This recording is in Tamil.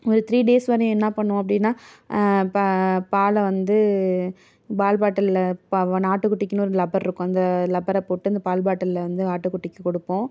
ஒரு த்ரீ டேஸ் வரையும் என்ன பண்ணுவோம் அப்படின்னா ப பாலை வந்து பால் பாட்டில்ல ப ஆட்டுக்குட்டிக்குன்னு ஒரு லப்பர் இருக்கும் அந்த லப்பரை போட்டு அந்த பால் பாட்டில்ல வந்து ஆட்டுக்குட்டிக்கு கொடுப்போம்